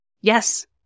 Yes